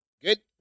Good